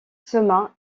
thomas